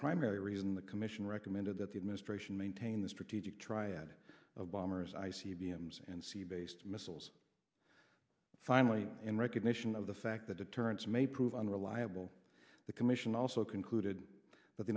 primary reason the commission recommended that the administration maintain the strategic triad of bombers i c b m s and sea based missiles finally in recognition of the fact that deterrence may prove unreliable the commission also concluded that the